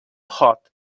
hot